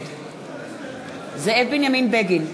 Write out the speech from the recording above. נגד זאב בנימין בגין,